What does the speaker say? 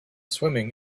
swimming